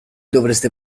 dovreste